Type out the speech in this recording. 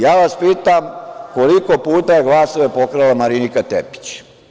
Ja vas pitam, koliko puta je glasove pokrala Marinika Tepić?